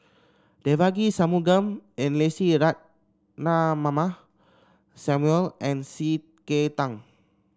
Devagi Sanmugam and Lucy Ratnammah Samuel and C K Tang